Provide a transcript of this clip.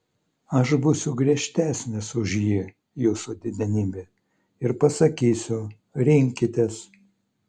aš būsiu griežtesnis už ji jūsų didenybe ir pasakysiu rinkitės